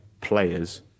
players